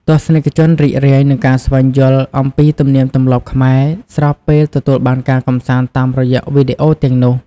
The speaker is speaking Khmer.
ទស្សនិកជនរីករាយនឹងការស្វែងយល់អំពីទំនៀមទម្លាប់ខ្មែរ ស្របពេលទទួលបានការកម្សាន្តតាមរយៈវីដេអូទាំងនោះ។